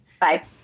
Bye